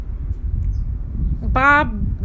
Bob